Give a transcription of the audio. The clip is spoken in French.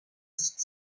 site